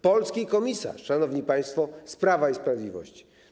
Polski komisarz, szanowni państwo, z Prawa i Sprawiedliwości.